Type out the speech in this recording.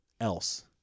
else